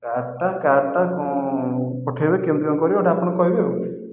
କାର୍ଟା କାର୍ଟା କ'ଣ ପଠେଇବେ କେମିତି କ'ଣ କରିବେ ସେଇଟା ଆପଣ କହିବେ ଆଉ